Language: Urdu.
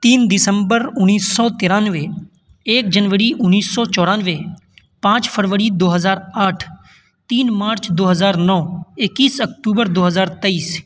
تین دسمبر انیس سو ترانوے ایک جنوری انیس سو چورانوے پانچ فروری دو ہزار آٹھ تین مارچ دو ہزار نو اکیس اکتوبر دو ہزار تئیس